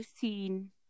seen